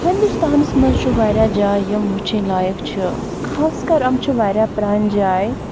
ہنٛدوستانَس مَنٛز چھُ واریاہ جایہِ یم وُچھِن لایق چھِ خاص کر یِم چھِ واریاہ پرٛانہِ جایہِ